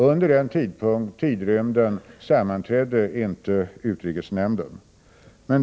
Under den tidrymden sammanträdde inte utrikesnämnden.